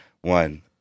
One